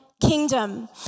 kingdom